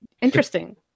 Interesting